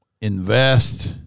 invest